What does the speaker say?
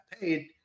paid